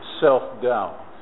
self-doubt